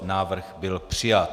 Návrh byl přijat.